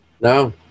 no